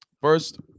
first